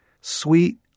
sweet